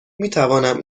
میتوانم